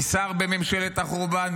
מי שר בממשלת החורבן,